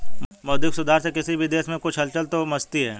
मौद्रिक सुधार से किसी भी देश में कुछ हलचल तो मचती है